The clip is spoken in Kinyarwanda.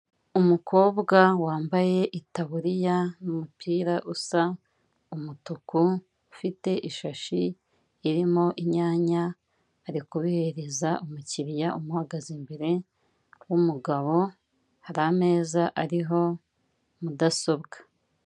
Umukobwa wambaye itaburiya n'umupira usa umutuku, ufite ishashi irimo inyanya, ari kubihereza umukiriya umuhagaze imbere w'umugabo, hari ameza ariho mudasobwa.